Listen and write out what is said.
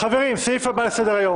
הצעת חוק